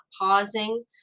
pausing